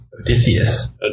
Odysseus